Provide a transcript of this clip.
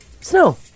Snow